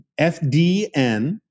FDN